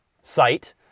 site